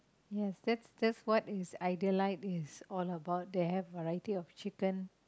yes that's that's what is Idealite is all about they have variety of chicken